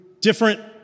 different